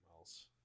else